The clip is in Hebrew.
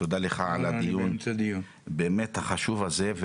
תודה לך על הדיון באמת החשוב הזה.